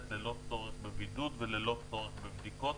ללא צורך בבידוד וללא צורך בבדיקות.